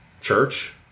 Church